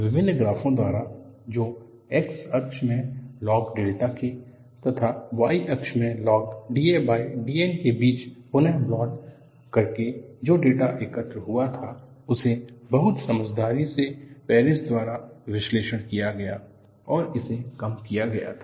विभिन्न ग्राफों द्वारा जो X अक्ष में लॉग डेल्टा K तथा और Y अक्ष में लॉग da dN के बीच पुनः प्लॉट करके जो डेटा एकत्र हुआ था उसे बहुत समझदारी से पेरिस द्वारा विश्लेषण किया गया और उसे कम किया गया था